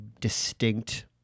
distinct